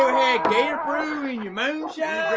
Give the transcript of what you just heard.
gator brew in your moonshine?